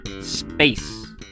space